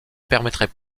permettrait